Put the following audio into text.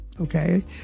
Okay